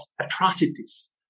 atrocities